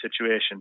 situation